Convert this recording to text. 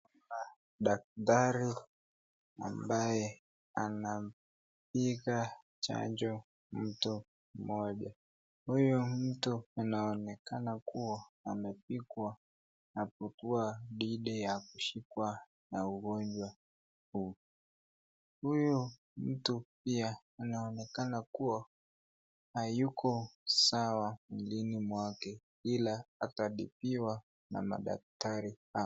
Daktari ambaye anapiga chanjo mtu mmoja. Huyu mtu anaonekana amepigwa kwa kuwa dhidi ya kushikwa na ugonjwa huu. Huyu mtu pia anaonekana kuwa hayuko sawa mwilini mwake ila atatibiwa na madaktari.